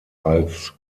als